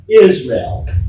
Israel